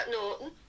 Norton